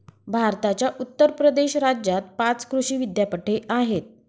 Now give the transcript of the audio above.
भारताच्या उत्तर प्रदेश राज्यात पाच कृषी विद्यापीठे आहेत